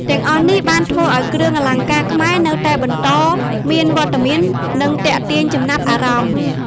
ទាំងអស់នេះបានធ្វើឱ្យគ្រឿងអលង្ការខ្មែរនៅតែបន្តមានវត្តមាន និងទាក់ទាញចំណាប់អារម្មណ៍។